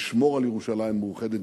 לשמור על ירושלים מאוחדת,